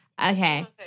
Okay